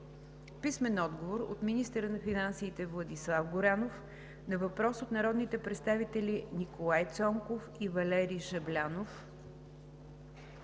Николай Цонков; - министъра на финансите Владислав Горанов на въпрос от народните представители Николай Цонков и Валери Жаблянов;